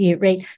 right